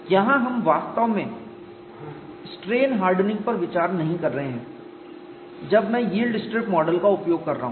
यहाँ हम वास्तव में स्ट्रेन हार्डनिंग पर विचार नहीं कर रहे हैं जब मैं यील्ड स्ट्रिप मॉडल का उपयोग कर रहा हूँ